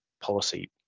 policy